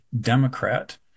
Democrat